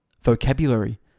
vocabulary